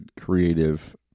creative